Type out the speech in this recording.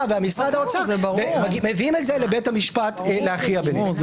ועם משרד האוצר ומביאים את זה לבית המשפט להכריע ביניהם.